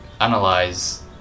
analyze